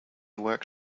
work